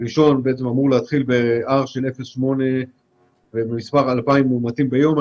ראשון אמור להתחיל ב-R0.8 ובמספר 2,000 מאומתים ביום.